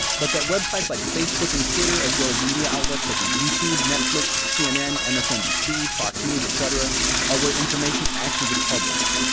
but that websites like facebook and twitter, as well as media outlets such as youtube, netflix, cnn, msnbc, fox news, etcetera are where information gets published.